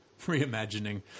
Reimagining